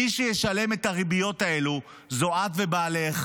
מי שישלם את הריביות האלו זה את ובעלך,